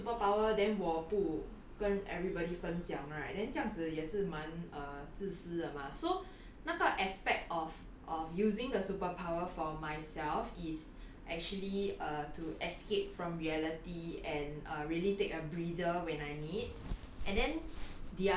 so 如果我有 superpower then 我不跟 everybody 分享 right then 这样子也是蛮 err 自私的 mah so 那个 aspect of of using the superpower for myself is actually err to escape from reality and uh really take a breather when I need